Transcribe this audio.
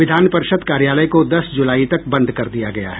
विधान परिषद कार्यालय को दस जुलाई तक बंद कर दिया गया है